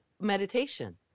meditation